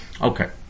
Okay